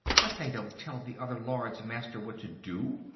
but they don't tell the other lords-master what to do.